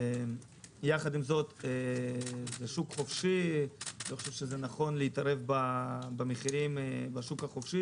יחד עם זאת זה שוק חופשי ולא נכון להתערב במחירים בשוק החופשי.